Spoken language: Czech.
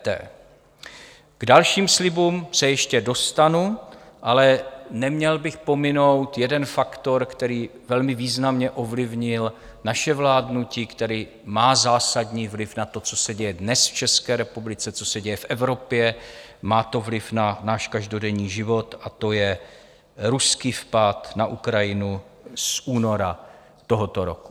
K dalším slibům se ještě dostanu, ale neměl bych pominout jeden faktor, který velmi významně ovlivnil naše vládnutí, který má zásadní vliv na to, co se děje dnes v České republice, co se děje v Evropě, má to vliv na náš každodenní život, a to je ruský vpád na Ukrajinu z února tohoto roku.